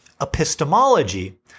epistemology